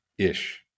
ish